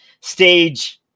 stage